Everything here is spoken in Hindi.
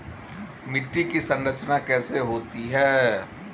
मिट्टी की संरचना कैसे होती है?